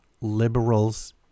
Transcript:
liberals